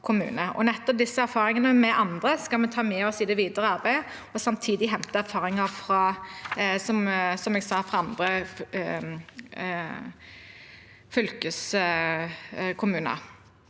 Nettopp disse erfaringene med andre skal vi ta med oss i det videre arbeidet og, som jeg sa, samtidig hente erfaringer fra andre fylkeskommuner.